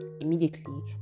immediately